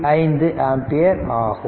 5 ampere ஆகும்